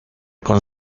con